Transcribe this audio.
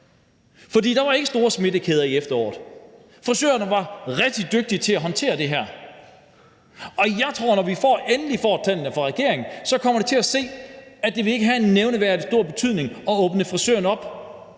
For der var ikke store smittekæder i efteråret. Frisørerne var rigtig dygtige til at håndtere det her. Jeg tror, når vi endelig får tallene fra regeringen, kommer vi til at se, at det ikke vil have nogen nævneværdig og stor betydning at åbne frisørerne op,